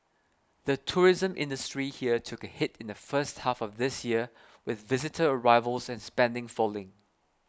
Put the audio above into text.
the tourism industry here took a hit in the first half of this year with visitor arrivals and spending falling